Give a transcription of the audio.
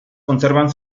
conservan